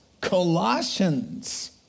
Colossians